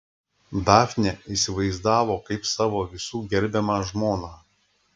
dafnę įsivaizduodavo kaip savo visų gerbiamą žmoną